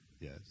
Yes